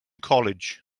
college